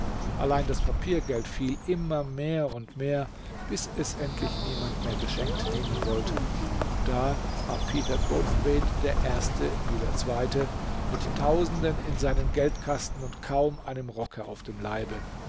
allein das papiergeld fiel immer mehr und mehr bis es endlich niemand mehr geschenkt nehmen wollte und da war peter goldthwaite der erste wie der zweite mit tausenden in seinen geldkasten und kaum einem rocke auf dem leibe